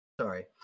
Sorry